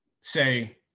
Say